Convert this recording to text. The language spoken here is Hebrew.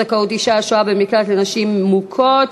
זכאות אישה השוהה במקלט לנשים מוכות),